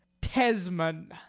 tesman.